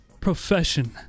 profession